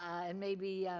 and maybe,